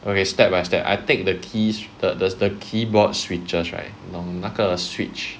okay step by step I take the keys the the the keyboard switches right 你懂那个 switch